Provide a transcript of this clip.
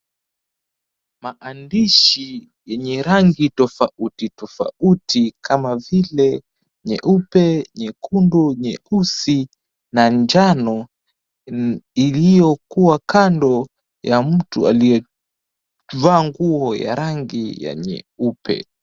Maandishi yenye rangi tofauti tofauti kama vile nyeupe, nyekundu, nyeusi na njano, iliyokuwa kando ya mtu aliyevaa nguo ya rangi ya nyeupe.